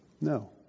No